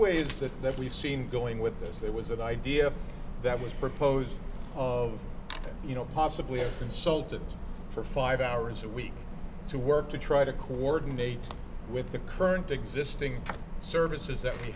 ways that that we've seen going with this there was an idea that was proposed of you know possibly a consultant for five hours a week to work to try to coordinate with the current existing services that